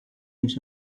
mich